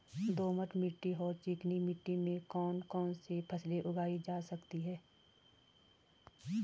दोमट मिट्टी और चिकनी मिट्टी में कौन कौन सी फसलें उगाई जा सकती हैं?